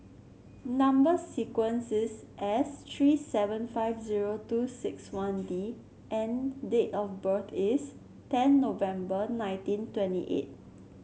number sequence is S three seven five zero two six one D and date of birth is ten November nineteen twenty eight